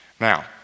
Now